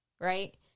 Right